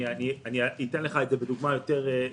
אציג לך דוגמה כדי שתבין.